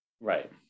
Right